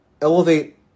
elevate